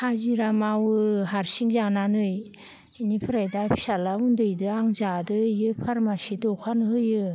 हाजिरा मावो हारसिं जानानै इनिफ्राय दा फिसाज्ला उन्दैदो आं जादो इयो फार्मासि दखान होयो